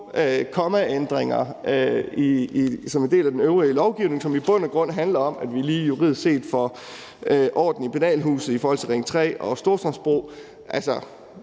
kommaændringer som en del af den øvrige lovgivning, som i bund og grund handler om, at vi lige juridisk set får orden i penalhuset i forhold til Ring 3 og Storstrømsbro – altså